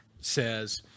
says